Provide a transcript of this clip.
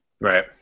Right